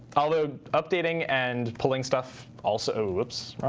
although updating and pulling stuff also whoops.